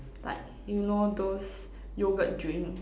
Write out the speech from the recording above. like you know those yogurt drink